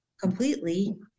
completely